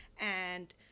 and-